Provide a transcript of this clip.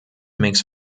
makes